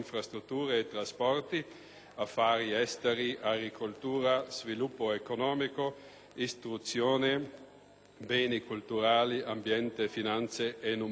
affari esteri, agricoltura, sviluppo economico, istruzione, beni culturali, ambiente, finanze e numerosi altri ancora.